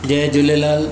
Jay Jhulelal